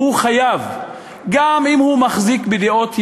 הוא חייב, גם אם הוא מחזיק בדעות ימניות,